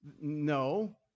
no